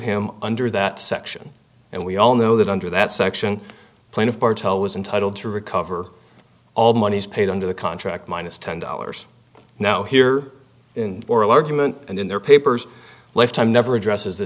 him under that section and we all know that under that section plaintiff cartel was entitle to recover all monies paid under the contract minus ten dollars now here in oral argument and in their papers lifetime never addresses